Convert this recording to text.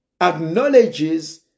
acknowledges